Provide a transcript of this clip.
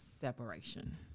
separation